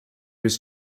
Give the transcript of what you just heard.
was